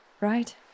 right